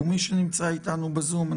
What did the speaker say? ומי שנמצא איתנו בזום,